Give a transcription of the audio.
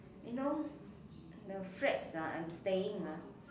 you know the flats ah I'm staying ah